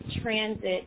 transit